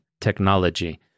technology